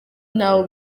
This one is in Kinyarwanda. ntaho